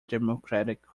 democratic